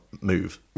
move